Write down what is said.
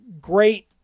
great